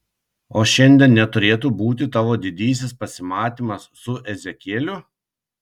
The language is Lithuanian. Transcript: o šiandien neturėtų būti tavo didysis pasimatymas su ezekieliu